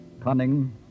cunning